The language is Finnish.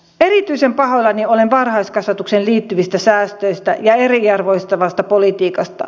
erityisen pahoillani olen varhaiskasvatukseen liittyvistä säästöistä ja eriarvoistavasta politiikasta